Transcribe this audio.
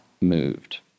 moved